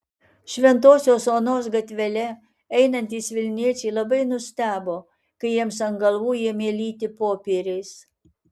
šventosios onos gatvele einantys vilniečiai labai nustebo kai jiems ant galvų ėmė lyti popieriais